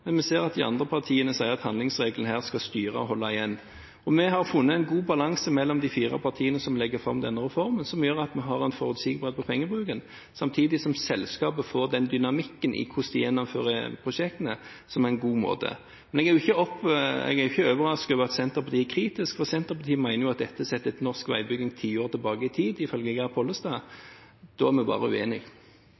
men vi ser at de andre partiene sier at handlingsregelen her skal styre og holde igjen. De fire partiene som legger fram denne reformen, har funnet en god balanse, noe som gjør at vi har en forutsigbarhet når det gjelder pengebruken, samtidig som selskapet får en dynamikk i hvordan de gjennomfører prosjektene, og det er en god måte. Men jeg er ikke overrasket over at Senterpartiet er kritisk, for Senterpartiet mener at dette setter norsk veibygging ti år tilbake i tid, ifølge Geir Pollestad. Da er vi bare